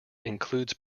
includes